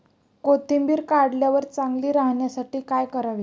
कोथिंबीर काढल्यावर चांगली राहण्यासाठी काय करावे?